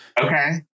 Okay